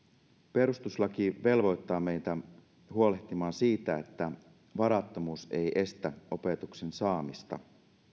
perustuslaki velvoittaa meitä huolehtimaan siitä että varattomuus ei estä opetuksen saamista